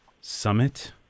summit